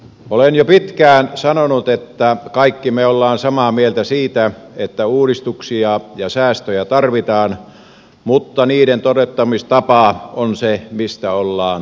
olen jo pitkään sanonut että kaikki me olemme samaa mieltä siitä että uudistuksia ja säästöjä tarvitaan mutta niiden toteuttamistapa on se mistä ollaan eri mieltä